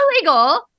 illegal